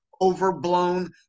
overblown